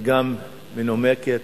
וגם מנומקת,